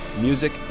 music